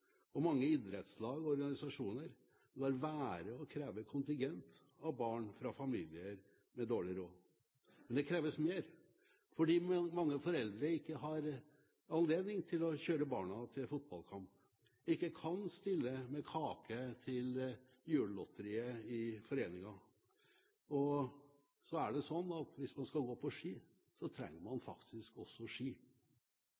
Og mange idrettslag og organisasjoner lar være å kreve kontingent av barn fra familier med dårlig råd. Men det kreves mer. Mange foreldre har ikke anledning til å kjøre barna til fotballkamp og kan ikke stille med kake til julelotteriet i foreningen – og så er det sånn at hvis man skal gå på ski, trenger man